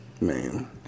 Man